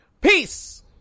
Peace